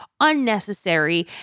unnecessary